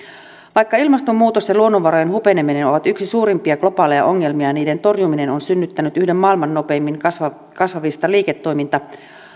vaikka ilmastonmuutos ja luonnonvarojen hupeneminen ovat yksi suurimpia globaaleja ongelmia niiden torjuminen on synnyttänyt yhden maailman nopeimmin kasvavista kasvavista liiketoiminta